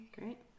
Great